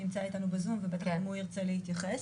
שנמצא איתנו בזום ותיכף הוא ירצה להתייחס.